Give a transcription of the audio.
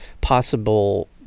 possible